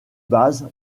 base